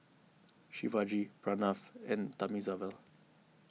Shivaji Pranav and Thamizhavel